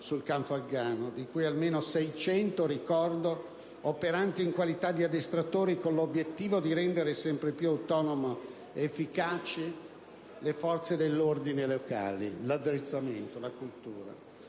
sul campo afghano, di cui almeno 600, lo ricordo, operanti in qualità di addestratori, con l'obiettivo di rendere sempre più autonome ed efficaci le forze dell'ordine locali, il loro addestramento e la loro cultura.